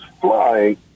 flying